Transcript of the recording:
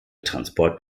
transport